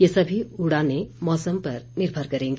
ये सभी उड़ानें मौसम पर निर्भर करेगी